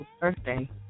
birthday